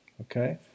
okay